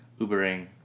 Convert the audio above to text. Ubering